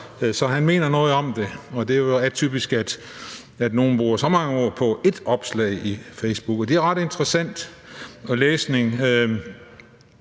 Så han mener noget om det, og det er atypisk, at nogle bruger så mange ord på ét opslag på Facebook. Det er ret interessant læsning,